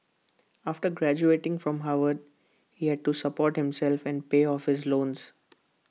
after graduating from Harvard he had to support himself and pay off his loans